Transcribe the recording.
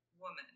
woman